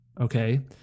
okay